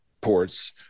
ports